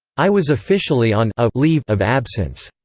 i was officially on ah leave of absence.